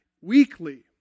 weekly